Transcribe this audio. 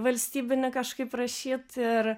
valstybinį kažkaip rašyt ir